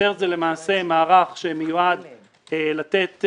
CERT זה למעשה מערך שמיועד לתת,